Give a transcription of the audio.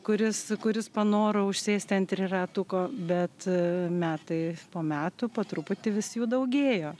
kuris kuris panoro užsėsti ant triratuko bet metai po metų po truputį vis jų daugėjo